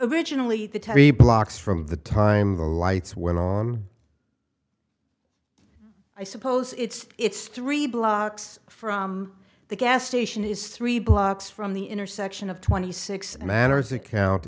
terry blocks from the time the lights went on i suppose it's it's three blocks from the gas station is three blocks from the intersection of twenty six and manners account